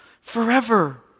forever